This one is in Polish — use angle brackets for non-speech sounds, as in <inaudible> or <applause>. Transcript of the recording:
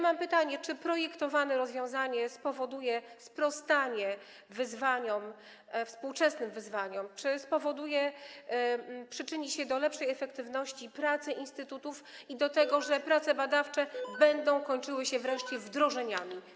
Mam pytanie: Czy projektowane rozwiązanie spowoduje sprostanie wyzwaniom, współczesnym wyzwaniom, czy przyczyni się do lepszej efektywności pracy instytutów i do tego, <noise> że prace badawcze będą się wreszcie kończyły wdrożeniami?